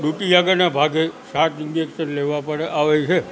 ડુંટી આગળના ભાગે સાત ઈંજેક્શન લેવા પડે આવે છે